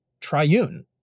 triune